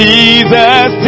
Jesus